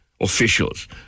officials